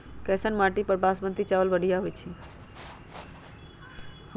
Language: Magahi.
कैसन माटी पर बासमती चावल बढ़िया होई छई?